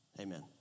amen